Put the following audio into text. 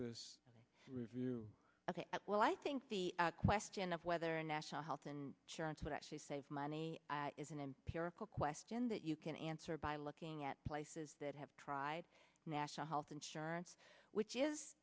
this review of well i think the question of whether national health insurance would actually save money is an empirical question that you can answer by looking at places that have tried national health insurance it's which is